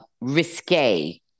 risque